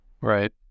right